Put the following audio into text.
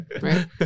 right